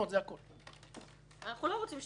אנחנו לא רוצים שתבנו.